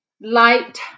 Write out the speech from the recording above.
light